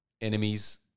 Enemies